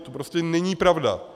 To prostě není pravda.